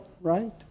right